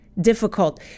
difficult